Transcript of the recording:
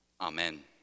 Amen